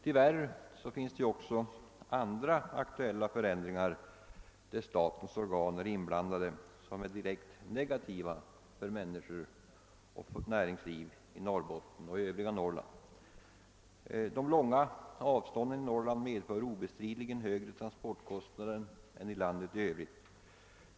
Tyvärr finns det också andra aktuella förändringar, där statens organ är inblandade, som är direkt negativa för människorna och näringslivet i Norrbotten och det övriga Norrland. De långa avstånden i Norrland medför obestridligen högre transportkostnader än i landet i övrigt.